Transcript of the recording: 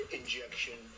injection